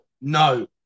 no